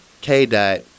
K-Dot